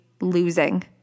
losing